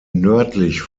nördlich